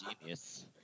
Genius